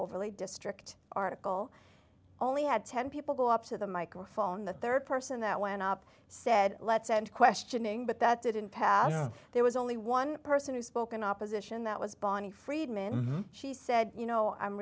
overlay district article only had ten people go up to the microphone the rd person that went up said let's end questioning but that didn't pass there was only one person who spoke in opposition that was bonnie friedman she said you know i'm